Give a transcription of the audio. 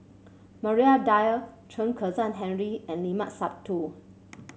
Maria Dyer Chen Kezhan Henri and Limat Sabtu